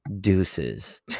deuces